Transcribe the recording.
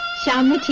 charming.